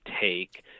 Take